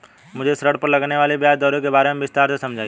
मुझे ऋण पर लगने वाली ब्याज दरों के बारे में विस्तार से समझाएं